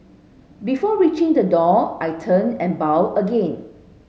before reaching the door I turned and bowed again